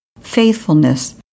faithfulness